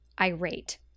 irate